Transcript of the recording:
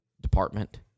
department